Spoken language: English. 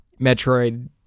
Metroid